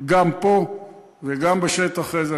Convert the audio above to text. גם פה וגם בשטח אחרי זה.